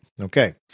Okay